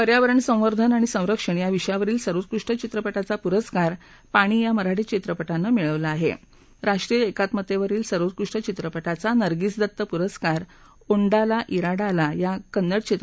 पर्यावरण संवर्धन आणि संरक्षण या विषयावरील सर्वोत्कृष्ट चित्रपटाचा पुरस्कार पाणी या मराठी चित्रपटानं मिळवला आहा आष्ट्रीय एकात्मतद्वीील सर्वोत्कृष्ट चित्रपटाचा नर्गिस दत्त पुरस्कार ओंडाला आंडाला या कन्नड चित्रपटाला मिळाला आह